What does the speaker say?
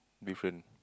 different